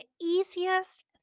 easiest